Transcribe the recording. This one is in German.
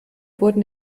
wurden